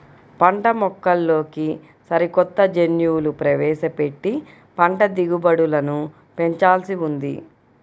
పంటమొక్కల్లోకి సరికొత్త జన్యువులు ప్రవేశపెట్టి పంట దిగుబడులను పెంచాల్సి ఉంది